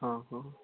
ହଁ ହଁ